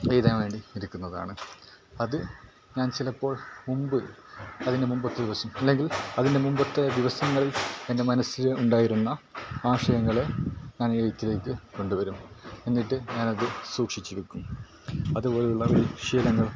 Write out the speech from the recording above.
എഴുതാൻ വേണ്ടി ഇരിക്കുന്നതാണ് അത് ഞാൻ ചിലപ്പോൾ മുൻപ് അതിന് മുൻപത്തെ ദിവസം അല്ലെങ്കിൽ അതിന് മുൻപത്തെ ദിവസങ്ങൾ എൻ്റെ മനസ്സിൽ ഉണ്ടായിരുന്ന ആശയങ്ങൾ ഞാൻ എഴുത്തിലേക്ക് കൊണ്ടു വരും എന്നിട്ട് ഞാനത് സൂക്ഷിച്ച് വയ്ക്കും അതുപോലെ ഉള്ള ഒരു ശീലങ്ങൾ